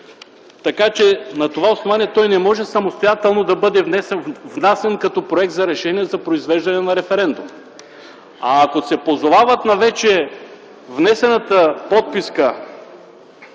така че на това основание той не може самостоятелно да бъде внасян като проект за решение за произвеждане на референдум. А ако се позовават на вече внесената подписка